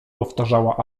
powtarza